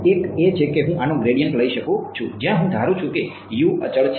એક એ છે કે હું આનો ગ્રેડિયન્ટ લઈ શકું છું જ્યાં હું ધારું છું કે અચળ છે